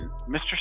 Mr